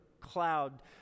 cloud